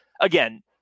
again